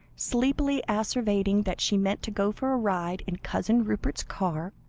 sleepily asseverating that she meant to go for a ride in cousin rupert's car,